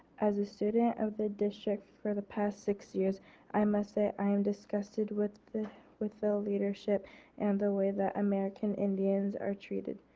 as a student of the district for the past six years i must say i am disgusted with the with the leadership and the way that american indians are treated.